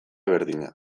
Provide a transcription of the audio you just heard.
berdina